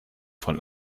von